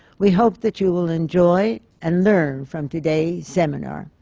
we hope that you will enjoy and learn from today's seminar.